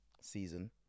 season